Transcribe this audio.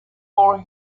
for